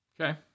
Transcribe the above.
Okay